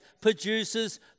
produces